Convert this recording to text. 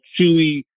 chewy